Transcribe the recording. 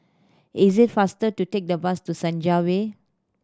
is it faster to take the bus to Senja Way